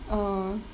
orh